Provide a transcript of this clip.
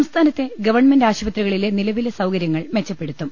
സംസ്ഥാനത്തെ ഗവൺമെന്റ് ആശുപത്രികളിലെ നിലവിലെ സൌക രൃങ്ങൾ മെച്ചപ്പെടുത്തും